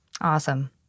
Awesome